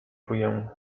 czuję